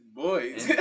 boys